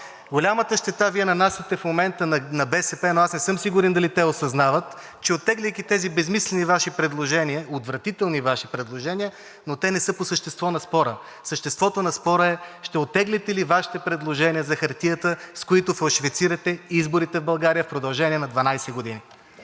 Голямата щета Вие я нанасяте в момента на БСП, но аз не съм сигурен дали те осъзнават, че оттегляйки тези безсмислени Ваши предложения – отвратителни Ваши предложения, не са по съществото на спора. Съществото на спора е ще оттеглите ли Вашите предложения за хартията, с които фалшифицирате изборите в България в продължение на 12 години.